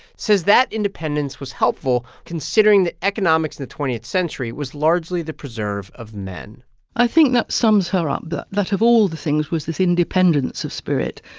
says that independence was helpful, considering the economics in the twentieth century was largely the preserve of men i think that sums her um up that of all the things was this independence of spirit.